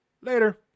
Later